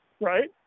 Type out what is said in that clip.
Right